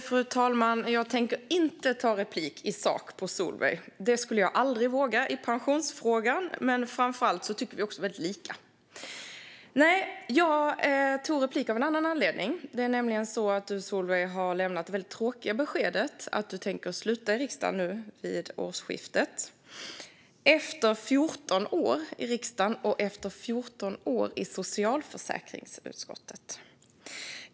Fru talman! Jag tänker inte ta replik på Solveig i sak. Det skulle jag aldrig våga när det gäller pensionsfrågan. Men framför allt tycker vi väldigt lika. Jag begärde replik av en annan anledning. Du, Solveig, har nämligen lämnat det väldigt tråkiga beskedet att du tänker sluta i riksdagen vid årsskiftet efter 14 år i riksdagen och efter 14 år i socialförsäkringsutskottet.